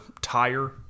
tire